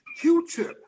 Q-Tip